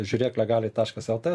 žiūrėk legaliai taškas lt